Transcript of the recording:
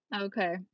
Okay